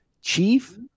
chief